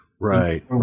Right